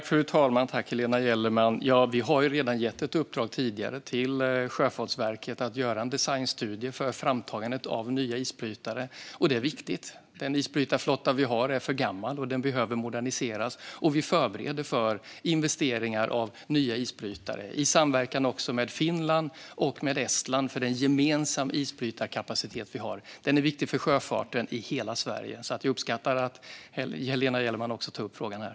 Fru talman! Vi har ju redan tidigare gett Sjöfartsverket i uppdrag att göra en designstudie för framtagandet av nya isbrytare. Det är viktigt. Den isbrytarflotta vi har är för gammal och behöver moderniseras. Vi förbereder för investeringar i nya isbrytare, i samverkan med Finland och Estland. Den gemensamma isbrytarkapacitet vi har är viktig för sjöfarten i hela Sverige, så jag uppskattar att Helena Gellerman tog upp frågan här.